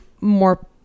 more